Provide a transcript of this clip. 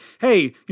hey